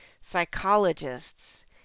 psychologists